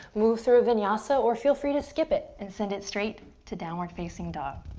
move through a vinyasa or feel free to skip it and send it straight to downward facing dog.